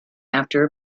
after